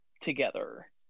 together